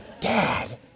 Dad